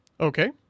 Okay